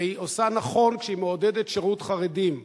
הוא עושה נכון כשהוא מעודד שירות חרדים.